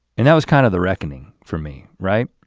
and that was kind of the reckoning for me, right?